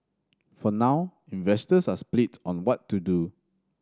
for now investors are split on what to do